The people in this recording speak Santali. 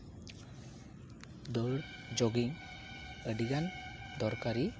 ᱫᱟᱹᱲ ᱡᱳᱜᱤᱝ ᱟᱹᱰᱤᱜᱟᱱ ᱫᱚᱨᱠᱟᱨᱤ